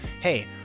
hey